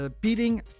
Beating